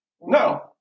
No